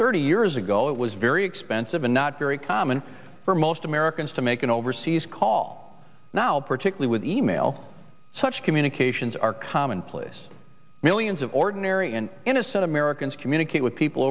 thirty years ago it was very expensive and not very common for most americans to make an overseas call now particularly with e mail such communications are commonplace millions of ordinary and innocent americans communicate with people